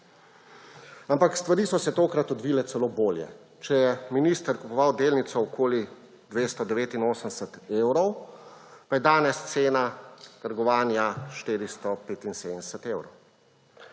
Ampak stvari so se tokrat odvile celo bolje. Če je minister kupoval delnico okoli 289 evrov, pa je danes cena trgovanja 475 evrov.